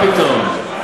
מה פתאום?